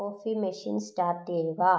coffee machine start ചെയ്യുക